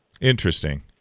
Interesting